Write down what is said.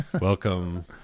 Welcome